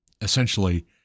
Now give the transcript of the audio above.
essentially